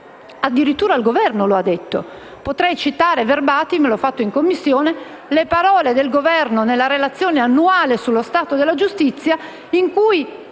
addirittura il Governo lo ha detto. Potrei citare *verbatim* - l'ho fatto in Commissione - le parole del Governo nella relazione annuale sullo stato della giustizia, in cui